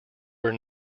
were